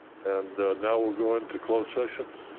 and now we'll go into closed session.